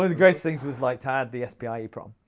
of the greatest things was like to add the spi ah eeprom.